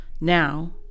Now